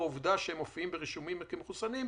העובדה שהם מופיעים ברישומים כמחוסנים,